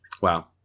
Wow